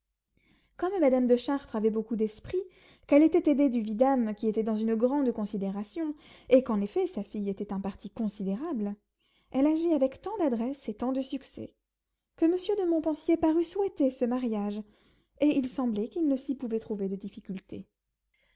comme madame de chartres avait beaucoup d'esprit qu'elle était aidée du vidame qui était dans une grande considération et qu'en effet sa fille était un parti considérable elle agit avec tant d'adresse et tant de succès que monsieur de montpensier parut souhaiter ce mariage et il semblait qu'il ne s'y pouvait trouver de difficultés